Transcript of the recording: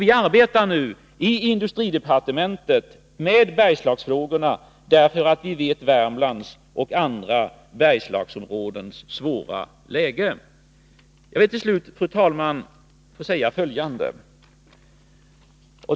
Vi arbetar nu i industridepartementet med Bergslagsfrågorna. Vi känner till Värmlands och andra Bergslagsområdens svåra läge. Fru talman! Slutligen vill jag säga följande.